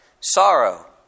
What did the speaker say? Sorrow